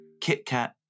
KitKat